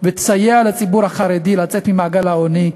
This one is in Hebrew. ותסייע לציבור החרדי לצאת ממעגל העוני.